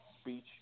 speech